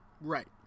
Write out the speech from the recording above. right